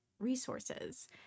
resources